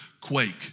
quake